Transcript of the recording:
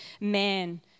man